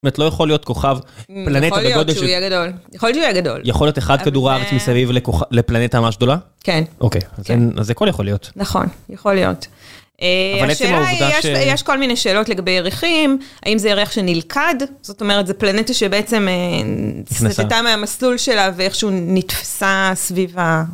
זאת אומרת, לא יכול להיות כוכב, פלנטה בגודל ש... יכול להיות שהוא יהיה גדול. יכול להיות שהוא יהיה גדול. יכול להיות אחד כדור הארץ מסביב לפלנטה ממש גדולה? כן. אוקיי. אז זה כל יכול להיות. נכון, יכול להיות. אבל עצם העובדה ש... יש כל מיני שאלות לגבי ירחים, האם זה ירח שנלכד, זאת אומרת, זה פלנטה שבעצם... סתתה מהמסלול שלה ואיכשהו נתפסה סביב ה...